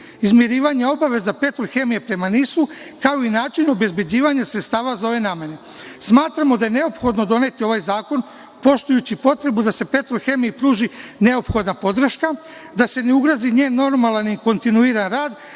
izmirivanja obaveza „Petrohemije“ prema NIS-u, kao i način obezbeđivanja sredstava za ove namene. Smatramo da je neophodno doneti ovaj zakon, poštujući potrebu da se „Petrohemiji“ pruži neophodna podrška, da se ne ugrozi njen normalan i kontinuiran rad,